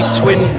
twin